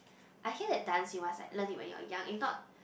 I hear that dance you must like learn it when you're young if not